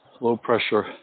low-pressure